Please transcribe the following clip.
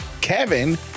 Kevin